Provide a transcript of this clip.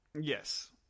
Yes